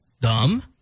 dumb